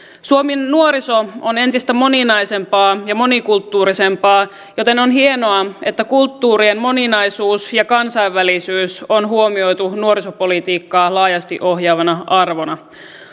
suomen nuoriso on entistä moninaisempaa ja monikulttuurisempaa joten on hienoa että kulttuurien moninaisuus ja kansainvälisyys on huomioitu nuorisopolitiikkaa laajasti ohjaavana arvona